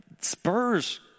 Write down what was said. Spurs